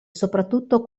soprattutto